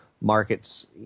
markets